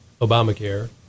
Obamacare